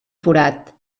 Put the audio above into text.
forat